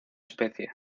especie